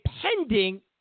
pending